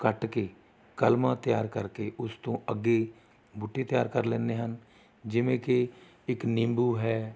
ਕੱਟ ਕੇ ਕਲਮਾਂ ਤਿਆਰ ਕਰਕੇ ਉਸ ਤੋਂ ਅੱਗੇ ਬੂਟੇ ਤਿਆਰ ਕਰ ਲੈਂਦੇ ਹਨ ਜਿਵੇਂ ਕਿ ਇੱਕ ਨਿੰਬੂ ਹੈ